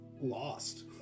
lost